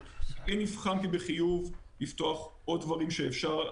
אם הבחנתי בחיוב לפתוח עוד דברים שאפשר,